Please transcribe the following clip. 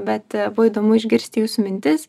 bet buvo įdomu išgirsti jūsų mintis